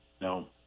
No